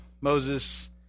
Moses